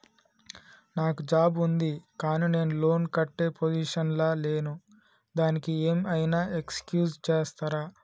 నాకు జాబ్ ఉంది కానీ నేను లోన్ కట్టే పొజిషన్ లా లేను దానికి ఏం ఐనా ఎక్స్క్యూజ్ చేస్తరా?